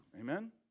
Amen